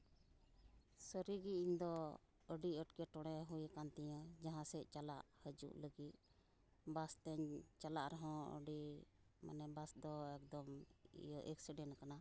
ᱥᱟᱹᱨᱤ ᱜᱮ ᱤᱧ ᱫᱚ ᱟᱹᱰᱤ ᱮᱴᱠᱮᱴᱚᱬᱮ ᱦᱩᱭᱟᱠᱟᱱ ᱛᱤᱧᱟᱹ ᱡᱟᱦᱟᱸ ᱥᱮᱫ ᱪᱟᱞᱟᱜ ᱦᱟ ᱡᱩᱜ ᱞᱟᱹᱜᱤᱫ ᱵᱟᱥᱛᱮᱧ ᱪᱟᱞᱟᱜ ᱨᱮᱦᱚᱸ ᱟᱹᱰᱤ ᱢᱟᱱᱮ ᱵᱟᱥ ᱫᱚ ᱮᱠᱫᱚᱢ ᱤᱭᱟᱹ ᱮᱠᱥᱤᱰᱮᱱ ᱟᱠᱟᱱᱟ